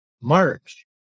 March